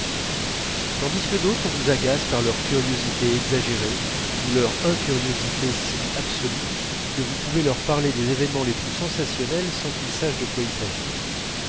tandis que d'autres vous agacent par leur curiosité exagérée ou par leur incuriosité si absolue que vous pouvez leur parler des événements les plus sensationnels sans qu'ils sachent de quoi il s'agit